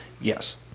yes